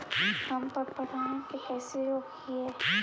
हम पर परागण के कैसे रोकिअई?